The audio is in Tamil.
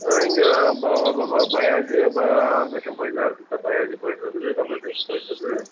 இங்கே பயாலஜியும் இப்போ அப்ளிகேஷன் போயிட்டு தான் இருக்குது சார் பயாலஜி போயிட்டு இருக்குது கம்ப்யூட்டர் சயின்ஸ் போயிட்டு இருக்குது